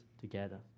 together